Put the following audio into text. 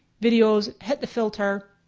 videos, hit the filter.